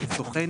סוכן